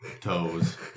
toes